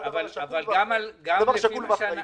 זה דבר שקול ואחראי.